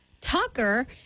Tucker